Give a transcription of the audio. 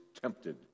tempted